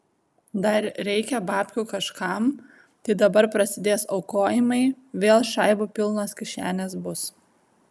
dar reikia babkių kažkam tai dabar prasidės aukojimai vėl šaibų pilnos kišenės bus